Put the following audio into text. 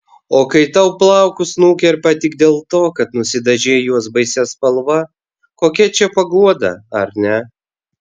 o kai tau plaukus nukerpa tik dėl to kad nusidažei juos baisia spalva kokia čia paguoda ar ne